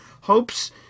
hopes